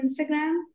Instagram